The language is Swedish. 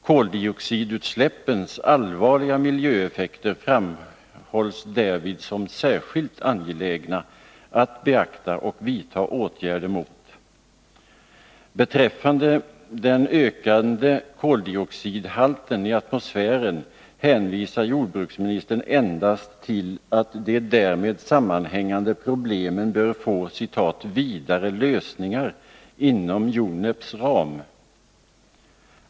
Koldioxidutsläppens allvarliga miljöeffekter framhålls därvid som särskilt angelägna att beakta och vidta åtgärder mot. Beträffande den ökande koldioxidhalten i atmosfären hänvisar jordbruksministern endast till att de därmed sammanhängande problemen bör få ”vidare lösningar” inom UNEP:s ram.